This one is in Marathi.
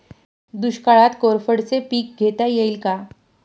दुष्काळात कोरफडचे पीक घेता येईल का?